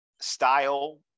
style